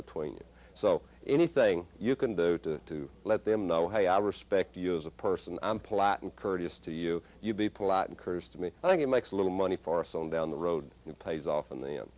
between you so anything you can go to to let them know hey i respect you as a person i'm platen courteous to you you be polite and courteous to me i think it makes a little money for us on down the road who pays off in the